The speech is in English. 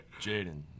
Jaden